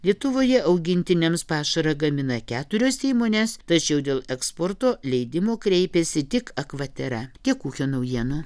lietuvoje augintiniams pašarą gamina keturios įmonės tačiau dėl eksporto leidimo kreipėsi tik akvatera tiek ūkio naujienų